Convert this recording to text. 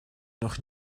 noch